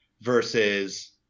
versus